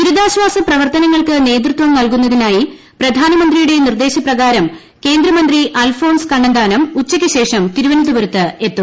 ദുരിത്രാൾാസ പ്രവർത്തനങ്ങൾക്ക് നേതൃത്വം ഉറപ്പ് നൽകുന്നതിനായി പ്രധാന്മന്ത്രിയുടെ നിർദ്ദേശപ്രകാരം കേന്ദ്രമന്ത്രി അൽഫോൺസ് കണ്ണന്താനം ഉച്ചയ്ക്കുശേഷം തിരുവന്തപുരത്തെത്തും